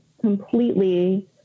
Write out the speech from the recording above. completely